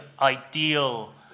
ideal